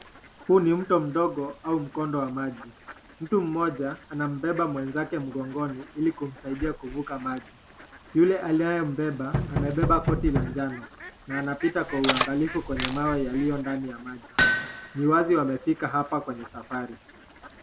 Huyu ni mto mdogo au mkondo wa maji, mtu mmoja anambeba mwenzake mgongoni, ili kumsaidia kuvuka maji. Yule anayembeba , amebeba koti la njano na anapita kwa uangalifu kwenye mawe yaliyo ndani ya maji. Ni wazi wamefika hapa kwenye safari.